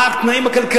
מה התנאים לכניסה לישראל,